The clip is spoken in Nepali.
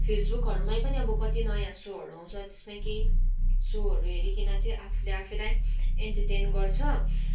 फेसबुकहरूमै पनि अब कति नयाँ सोहरू आउँछ त्यसमै केही सोहरू हेरिकन चाहिँ आफुले आफूलाई एन्टर्टेन गर्छ